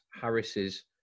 Harris's